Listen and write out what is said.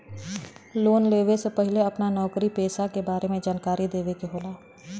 Loan लेवे से पहिले अपना नौकरी पेसा के बारे मे जानकारी देवे के होला?